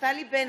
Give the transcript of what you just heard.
נפתלי בנט,